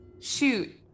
Shoot